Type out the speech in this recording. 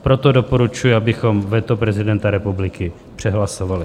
Proto doporučuji, abychom veto prezidenta republiky přehlasovali.